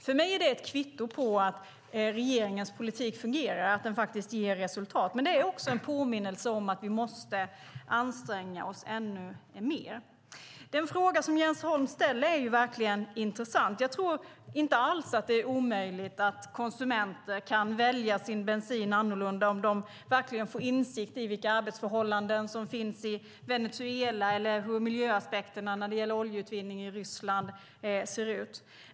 För mig är det ett kvitto på att regeringens politik fungerar och faktiskt ger resultat, men det är också en påminnelse om att vi måste anstränga oss ännu mer. Den fråga som Jens Holm ställer är verkligen intressant. Jag tror inte alls att det är omöjligt att konsumenter kan välja sin bensin annorlunda om de verkligen får insikt i vilka arbetsförhållanden som råder i Venezuela eller hur miljöaspekterna ser ut när det gäller oljeutvinning i Ryssland.